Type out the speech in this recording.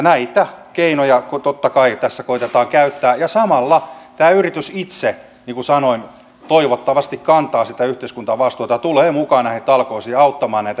näitä keinoja totta kai tässä koetetaan käyttää ja samalla tämä yritys itse niin kuin sanoin toivottavasti kantaa yhteiskuntavastuuta ja tulee mukaan näihin talkoisiin auttamaan näitä ihmisiä eteenpäin